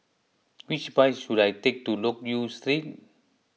which bus should I take to Loke Yew Street